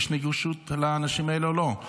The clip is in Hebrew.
יש נגישות לאנשים האלה או לא?